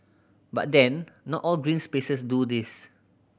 but then not all green spaces do this